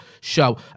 show